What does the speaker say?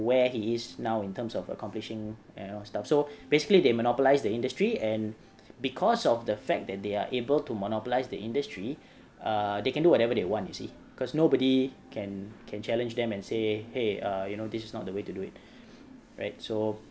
where he is now in terms of accomplishing and stuff so basically they monopolise the industry and because of the fact that they are able to monopolise the industry err they can do whatever they want you see because nobody can can challenge them and say !hey! err you know this is not the way to do it right so